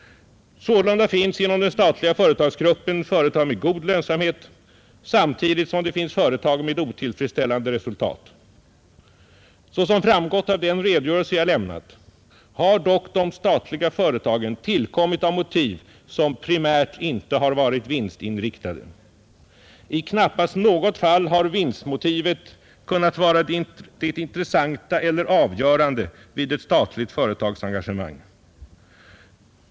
Sålunda finns inom den statliga företagsgruppen företag med god lönsamhet samtidigt som det finns företag med otillfredsställande resultat. Såsom framgått av den redogörelse jag lämnat har dock de statliga företagen tillkommit av motiv som primärt inte har varit vinstinriktade. I knappast något fall har vinstmotivet kunnat vara det intressanta eller avgörande vid ett statligt företagsengagemang.